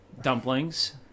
Dumplings